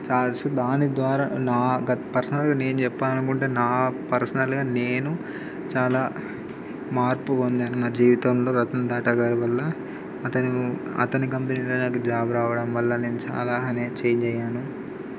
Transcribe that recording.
chance దాని ద్వారా నా గ పర్సనల్గా నేను చెప్పాలి అనుకుంటే నా పర్సనల్గా నేను చాలా మార్పు పొందాను నా జీవితంలో రతన్ టాటా గారి వల్ల అతని అతని కంపెనీలో నాకు జాబ్ రావడం వల్ల నేను చాలా ఛేంజ్ అయ్యాను